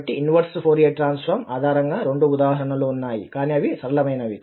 కాబట్టి inverse Fourier transform ఆధారంగా రెండు ఉదాహరణలు ఉన్నాయి కానీ అవి సరళమైనవి